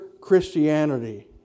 Christianity